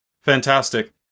Fantastic